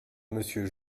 monsieur